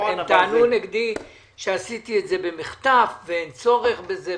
הם טענו נגדי שעשיתי את זה במחטף ואין צורך בזה,